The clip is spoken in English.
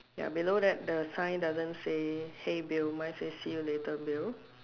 ya below that the sign doesn't say hey bill mine says see you later bill